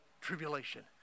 tribulation